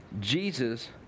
Jesus